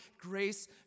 Grace